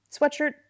sweatshirt